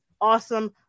awesome